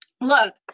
Look